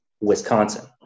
Wisconsin